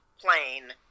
plane